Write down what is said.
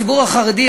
הציבור החרדי,